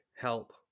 help